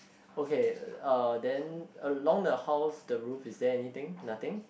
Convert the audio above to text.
okay uh then along the house the roof is there anything nothing